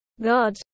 God